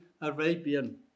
Arabian